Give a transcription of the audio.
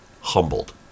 humbled